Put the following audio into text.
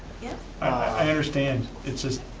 yep. i understand, it's just.